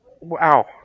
wow